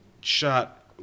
shot